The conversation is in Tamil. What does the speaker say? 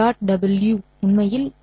w' உண்மையில் 'v